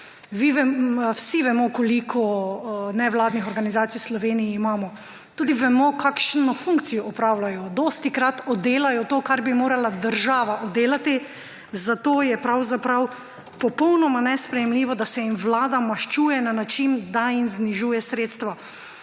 Vsi vemo, koliko nevladnih organizacij v Sloveniji imamo. Tudi vemo, kakšno funkcijo opravljajo. Dostikrat oddelajo to, kar bi morala država oddelati. Zato je pravzaprav popolnoma nesprejemljivo, da se jim Vlada maščuje na način, da jim znižuje sredstva.